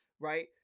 right